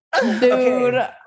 Dude